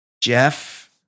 Jeff